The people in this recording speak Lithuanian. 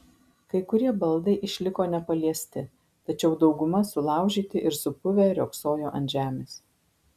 kai kurie baldai išliko nepaliesti tačiau dauguma sulaužyti ir supuvę riogsojo ant žemės